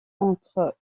entre